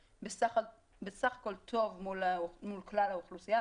בסך הכול טוב מול כלל האוכלוסייה,